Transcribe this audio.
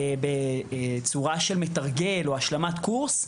לדוגמה, בצורה של מתרגל או השלמת קורס,